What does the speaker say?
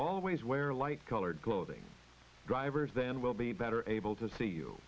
always wear light colored clothing drivers then will be better able to see you